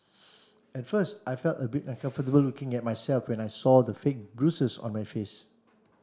at first I felt a bit uncomfortable looking at myself when I saw the fake bruises on my face